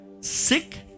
sick